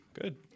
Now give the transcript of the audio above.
Good